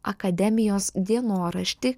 akademijos dienoraštį